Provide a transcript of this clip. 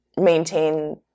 maintain